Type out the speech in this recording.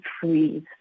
freeze